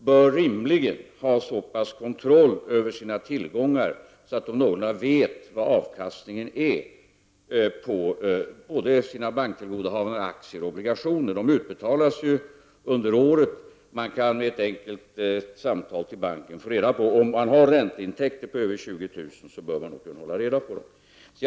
bör rimligen ha en sådan kontroll över sina tillgångar att de någorlunda känner till avkastningen på sina banktillgodohavanden, aktier och obligationer. Avkastningen utbetalas ju under året, och man kan genom ett samtal till banken få reda på detta. Om man har ränteintäkter på över 20 000 kr. bör man nog kunna hålla reda på dem.